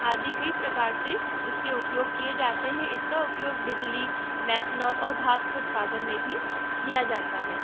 आदि कई प्रकार से इसके उपयोग किए जाते हैं इसका उपयोग बिजली मेथनॉल और भाप के उत्पादन में भी किया जाता है